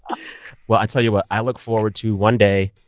well, i tell you what i look forward to, one day,